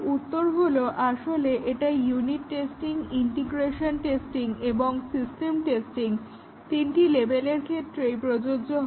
এর উত্তর হলো আসলে এটা ইউনিট টেস্টিং ইন্টিগ্রেশন টেস্টিং এবং সিস্টেম টেস্টিং তিনটি লেভেলের ক্ষেত্রেই প্রযোজ্য